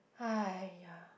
!aiya!